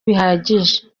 bihagije